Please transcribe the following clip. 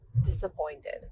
disappointed